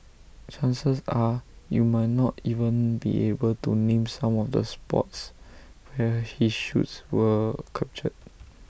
chances are you might not even be able to name some of the spots where his shots were captured